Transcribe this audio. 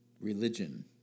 religion